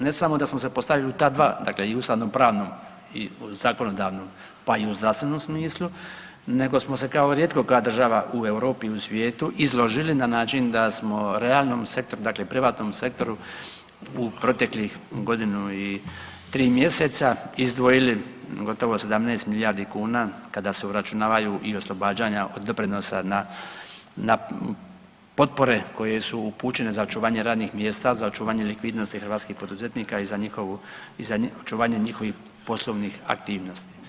Ne samo da smo se postavili u ta dva, dakle i ustavno-pravnom i zakonodavnom pa i u zdravstvenom smislu nego smo se kao rijetko koja država u Europi i u svijetu izložili na način da smo realnom sektoru, dakle privatnom sektoru u proteklih godinu i tri mjeseca izdvojili gotovo 17 milijardi kuna kada se uračunavaju i oslobađanja od doprinosa na potpore koje su upućene za očuvanje radnih mjesta, za očuvanje likvidnosti hrvatskih poduzetnika i za očuvanje njihovih poslovnih aktivnosti.